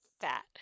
fat